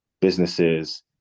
businesses